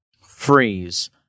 freeze